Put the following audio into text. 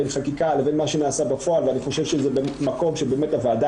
בין חקיקה לבין מה שנעשה בפועל ואני חושב שזה מקום שבאמת הוועדה